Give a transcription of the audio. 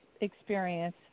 experience